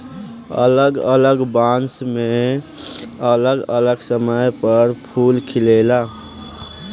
अलग अलग बांस मे अलग अलग समय पर फूल खिलेला